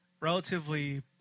Relatively